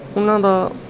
ਉਹਨਾਂ ਦਾ